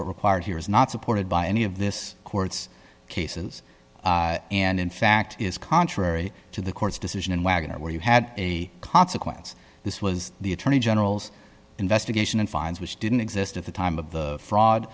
required here is not supported by any of this court's cases and in fact is contrary to the court's decision in wagoner where you had a consequence this was the attorney general's investigation and fines which didn't exist at the time of the fraud